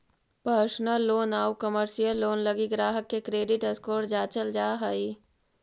personal loan आउ commercial loan लगी ग्राहक के क्रेडिट स्कोर जांचल जा हइ